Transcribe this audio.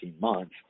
months